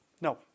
No